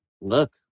Look